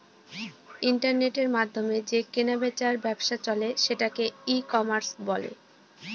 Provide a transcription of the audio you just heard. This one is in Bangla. ইন্টারনেটের মাধ্যমে যে কেনা বেচার ব্যবসা চলে সেটাকে ই কমার্স বলে